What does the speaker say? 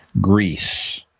Greece